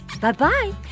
Bye-bye